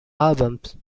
albums